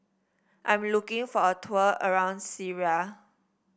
I'm looking for a tour around Syria